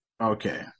Okay